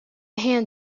hand